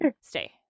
stay